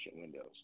windows